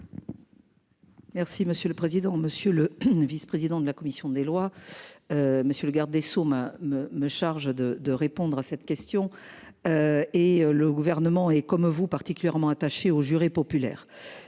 Merci monsieur le président, monsieur le vice-président de la commission des lois. Monsieur le garde des Sceaux me me me charge de de répondre à cette question. Et le gouvernement et comme vous particulièrement attaché aux jurés populaires.